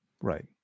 right